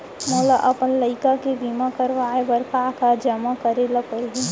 मोला अपन लइका के बीमा करवाए बर का का जेमा करे ल परही?